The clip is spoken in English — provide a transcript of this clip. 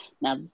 Now